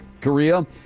Korea